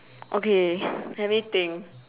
okay let me think